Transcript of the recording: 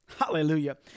Hallelujah